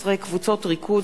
13) (קבוצות ריכוז),